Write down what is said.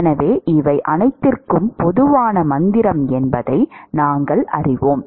எனவே இவை அனைத்திற்கும் பொதுவான மந்திரம் என்பதை நாங்கள் அறிவோம்